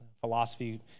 Philosophy